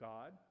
God